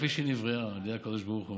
כפי שהיא נבראה על ידי הקדוש ברוך הוא.